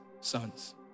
sons